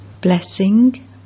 Blessing